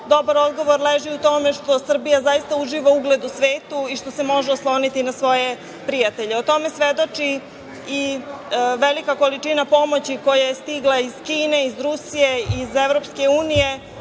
dobar odgovor leži u tome što Srbija zaista uživa ugled u svetu i što se može osloniti na svoje prijatelje. O tome svedoči i velika količina pomoći koja je stigla iz Kine, iz Rusije, iz EU, pomoć u